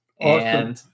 Awesome